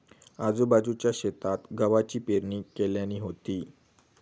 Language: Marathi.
आजूबाजूच्या शेतात गव्हाची पेरणी केल्यानी होती